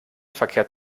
verkehrt